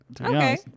okay